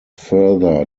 further